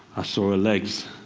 i saw her legs.